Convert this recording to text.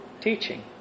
teaching